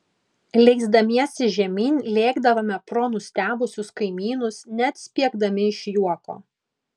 leisdamiesi žemyn lėkdavome pro nustebusius kaimynus net spiegdami iš juoko